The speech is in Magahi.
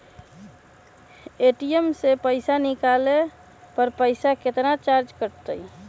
ए.टी.एम से पईसा निकाले पर पईसा केतना चार्ज कटतई?